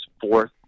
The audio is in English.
fourth